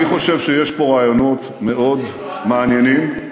אני הייתי מודאגת במקומך.